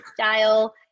style